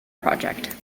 project